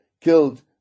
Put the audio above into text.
killed